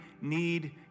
need